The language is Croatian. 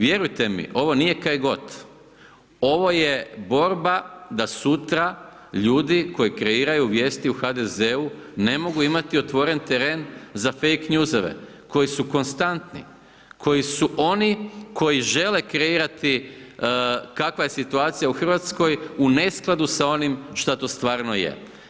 Vjerujte mi, ovo nije kaj god, ovo je borba da sutra ljudi koji kreiraju vijesti u HDZ-u ne mogu imati otvoren teren za fejk njuzeve koji su konstantni, koji su oni koji žele kreirati kakva je situacija u RH u neskladu sa onim šta to stvarno je.